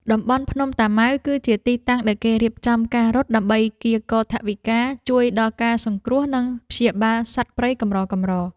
តំបន់ភ្នំតាម៉ៅ គឺជាទីតាំងដែលគេរៀបចំការរត់ដើម្បីកៀរគរថវិកាជួយដល់ការសង្គ្រោះ និងព្យាបាលសត្វព្រៃកម្រៗ។